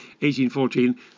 1814